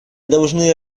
должны